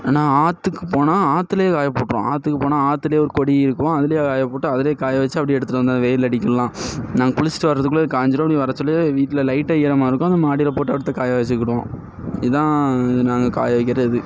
ஆனால் ஆற்றுக்கு போனால் ஆற்றுலயே காயப் போட்டிருவோம் ஆற்றுக்கு போனால் ஆற்றுலயே ஒரு கொடி இருக்கும் அதுலேயே காயப்போட்டு அதுலேயே காய வச்சு அப்படியே எடுத்துகிட்டு வந்துடுவோம் வெயில் அடிக்குமெல்லாம் நாங்கள் குளிச்சுட்டு வர்றதுக்குள்ளே அது காஞ்சுடும் அப்படி வரக்சொல்லே வீட்டில் லைட்டாக ஈரமாக இருக்கும் அதை மாடியில் போட்டு அடுத்து காய வச்சுக்கிடுவோம் இதுதான் இதை நாங்கள் காய வைக்கிற இது